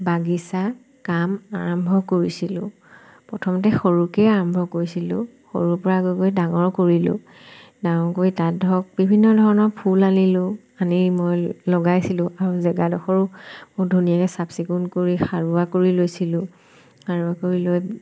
বাগিচা কাম আৰম্ভ কৰিছিলোঁ প্ৰথমতে সৰুকৈয়ে আৰম্ভ কৰিছিলোঁ সৰুৰপৰা গৈ গৈ ডাঙৰ কৰিলোঁ ডাঙৰ কৰি তাত ধৰক বিভিন্ন ধৰণৰ ফুল আনিলোঁ আনি মই লগাইছিলোঁ আৰু জেগাডোখৰো বহুত ধুনীয়াকৈ চাফ চিকুণ কৰি সাৰুৱা কৰি লৈছিলোঁ সাৰুৱা কৰি লৈ